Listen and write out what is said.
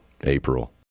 April